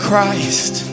Christ